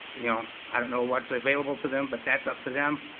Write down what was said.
you know, i don't know what's available to them, but that's up to them.